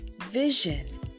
Vision